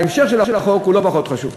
המשך של החוק הוא לא פחות חשוב.